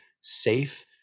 safe